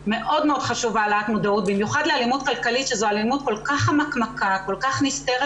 שנשמעות, אלא כמקבלות החלטה.